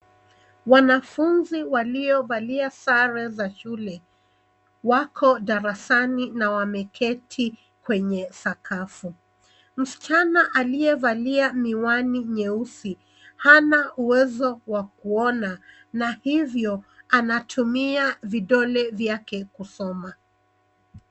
Wanafunzi waliovalia sare za shule wako darasani na wameketi kwenye sakafu. Msichana aliyevalia miwani nyeusi hana uwezo wa kuona na hivyo anatumia vidole vyake kusoma.